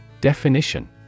Definition